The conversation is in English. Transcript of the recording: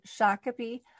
Shakopee